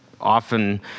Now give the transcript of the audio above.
often